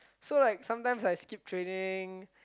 so like sometimes I skip training